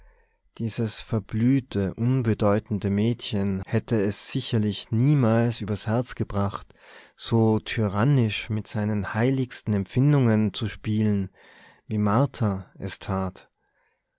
dieses verblühte unbedeutende mädchen hätte es sicherlich niemals übers herz gebracht so tyrannisch mit seinen heiligsten empfindungen zu spielen wie martha es tat